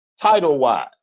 title-wise